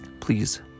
Please